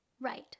Right